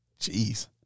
Jeez